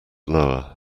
lower